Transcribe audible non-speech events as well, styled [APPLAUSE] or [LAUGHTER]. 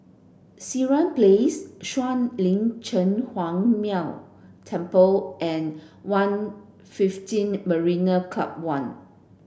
Sireh Place Shuang Lin Cheng Huang [UNINTELLIGIBLE] Temple and One fifteen Marina Club One